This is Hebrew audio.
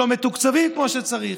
לא מתוקצבים כמו שצריך.